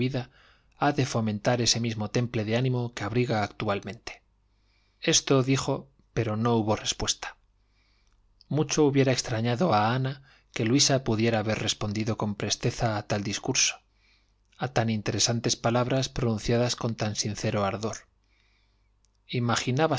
ha de fomentar ese mismo temple de ánimo que abriga actualmente esto dijo pero no hubo respuesta mucho hubiera extrañado a ana que luisa pudiera haber respondido con presteza a tal discurso a tan interesantes palabras pronunciadas con tan sincero ardor